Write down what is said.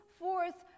forth